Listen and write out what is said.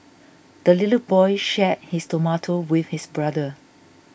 the little boy shared his tomato with his brother